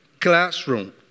classroom